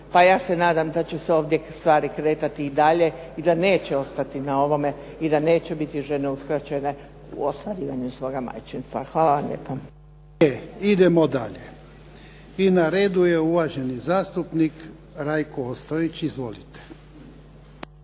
Pa ja se nadam da će se ovdje stvari kretati i dalje i da neće ostati na ovome, i da neće biti žene uskraćene u ostvarivanju svoga majčinstva. Hvala vam lijepa. **Jarnjak, Ivan (HDZ)** Je, idemo dalje. I na redu je uvaženi zastupnik Rajko Ostojić. Izvolite.